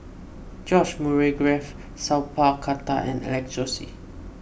George Murray Reith Sat Pal Khattar and Alex Josey